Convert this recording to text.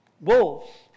Wolves